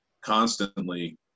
constantly